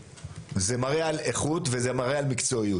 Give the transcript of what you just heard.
זה מראה על איכות וזה מראה על מקצועיות,